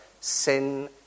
sin